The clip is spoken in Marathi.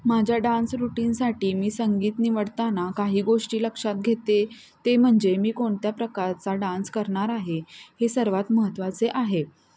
माझ्या डान्स रुटीनसाठी मी संगीत निवडताना काही गोष्टी लक्षात घेते ते म्हणजे मी कोणत्या प्रकारचा डान्स करणार आहे हे सर्वात महत्त्वाचे आहे